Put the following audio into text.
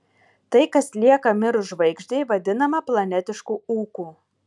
tai kas lieka mirus žvaigždei vadinama planetišku ūku